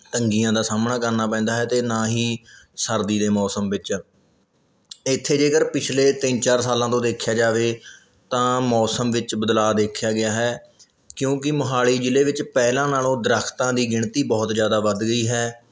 ਤੰਗੀਆਂ ਦਾ ਸਾਹਮਣਾ ਕਰਨਾ ਪੈਂਦਾ ਹੈ ਅਤੇ ਨਾ ਹੀ ਸਰਦੀ ਦੇ ਮੌਸਮ ਵਿੱਚ ਇੱਥੇ ਜੇਕਰ ਪਿਛਲੇ ਤਿੰਨ ਚਾਰ ਸਾਲਾਂ ਤੋਂ ਦੇਖਿਆ ਜਾਵੇ ਤਾਂ ਮੌਸਮ ਵਿੱਚ ਬਦਲਾਅ ਦੇਖਿਆ ਗਿਆ ਹੈ ਕਿਉਂਕਿ ਮੋਹਾਲੀ ਜ਼ਿਲ੍ਹੇ ਵਿੱਚ ਪਹਿਲਾਂ ਨਾਲੋਂ ਦਰੱਖਤਾਂ ਦੀ ਗਿਣਤੀ ਬਹੁਤ ਜ਼ਿਆਦਾ ਵੱਧ ਗਈ ਹੈ